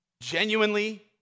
genuinely